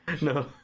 No